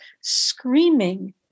screaming